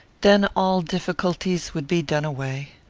then all difficulties would be done away.